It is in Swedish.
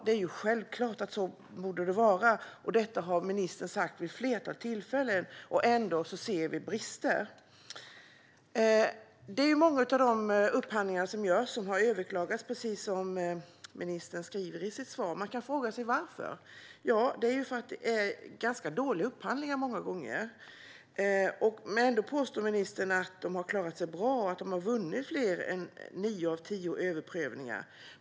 Det är självklart att det borde vara så, och detta har ministern sagt vid ett flertal tillfällen. Ändå ser vi brister. Många av de upphandlingar som görs överklagas, som ministern säger i sitt svar. Man kan fråga sig varför. Det är för att upphandlingarna många gånger är ganska dåliga. Ändå påstår ministern att Arbetsförmedlingen har klarat sig bra och har vunnit fler än nio av tio överprövningar.